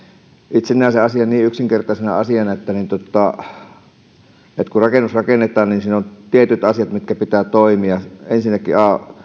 itse näen sen asian niin yksinkertaisena että kun rakennus rakennetaan niin siinä on tietyt asiat joiden pitää toimia ensinnäkin